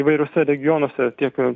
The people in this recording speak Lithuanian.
įvairiuose regionuose tiek